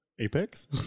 Apex